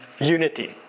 unity